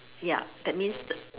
ya that means the